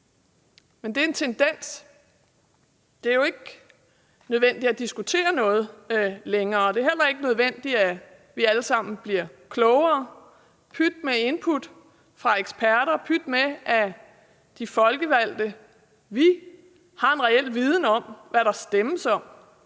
Det er en tendens, at det ikke er nødvendigt at diskutere noget længere, og det er heller ikke nødvendigt, at vi alle sammen bliver klogere. Pyt med input fra eksperter, pyt med, at de folkevalgte, vi, har en reel viden om, hvad der stemmes om.